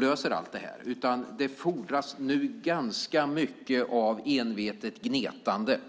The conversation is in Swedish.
löser allt utan det fordras ganska mycket av envetet gnetande.